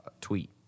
tweet